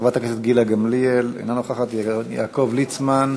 חברת הכנסת גילה גמליאל, אינה נוכחת, יעקב ליצמן,